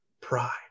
pride